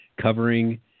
covering